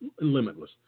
limitless